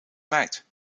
meid